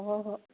ꯍꯣꯏ ꯍꯣꯏ